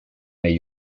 may